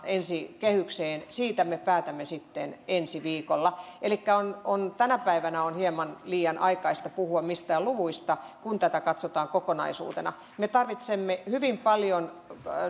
ensi kehykseen siitä me päätämme sitten ensi viikolla elikkä on on tänä päivänä hieman liian aikaista puhua mistään luvuista kun tätä katsotaan kokonaisuutena me tarvitsemme hyvin paljon